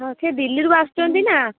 ହଁ ସେ ଦିଲ୍ଲୀରୁ ଆସୁଛନ୍ତି ନା